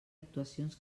actuacions